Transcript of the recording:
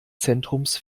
zentrums